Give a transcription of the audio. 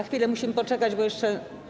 Chwilę musimy poczekać, bo jeszcze.